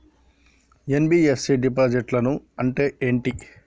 NBFC డిపాజిట్లను అంటే ఏంటి?